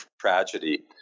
tragedy